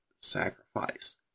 sacrifice